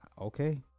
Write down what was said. Okay